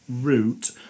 route